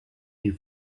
you